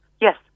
yes